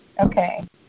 Okay